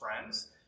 friends